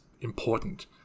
important